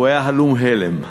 הוא היה הלום הלם.